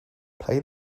play